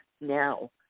now